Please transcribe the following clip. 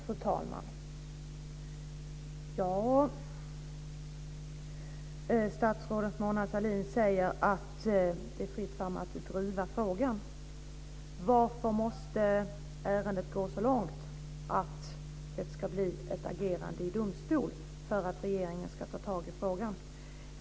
Fru talman! Statsrådet Mona Sahlin säger att det är fritt fram att driva frågan. Men varför måste ärendet gå så långt att det ska bli ett agerande i domstol för att regeringen ska ta tag i frågan?